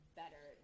better